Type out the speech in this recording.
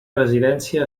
residència